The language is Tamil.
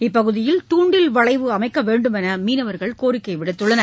இப்பகுதியில் தூண்டில் வளைவு அமைக்க வேண்டுமென மீனவர்கள் கோரிக்கை விடுத்துள்ளனர்